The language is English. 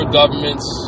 governments